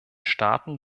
staaten